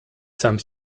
some